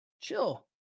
chill